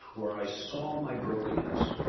where i saw my brokenness,